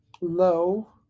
low